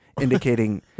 indicating